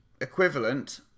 equivalent